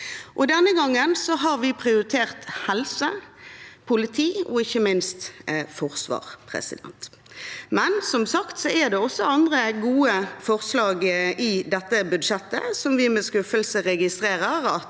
Denne gangen har vi prioritert helse, politi og ikke minst forsvar. Men som sagt er det også andre gode forslag i dette budsjettet som vi med skuffelse registrerer